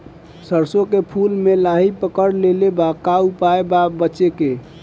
सरसों के फूल मे लाहि पकड़ ले ले बा का उपाय बा बचेके?